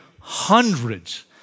hundreds